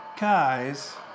Guys